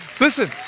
Listen